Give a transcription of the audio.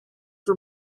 for